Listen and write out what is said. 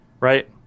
right